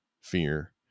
fear